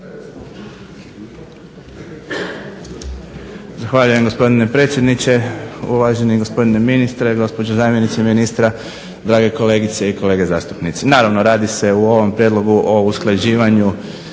Zahvaljujem gospodine predsjedniče, uvaženi gospodine ministre, gospođo zamjenice ministra, drage kolegice i kolege zastupnici. Naravno radi se u ovom prijedlogu o usklađivanju